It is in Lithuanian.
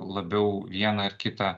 labiau vieną ar kitą